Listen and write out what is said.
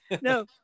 No